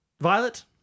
Violet